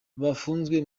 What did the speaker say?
bafunzwe